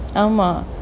ஆமா:aamaa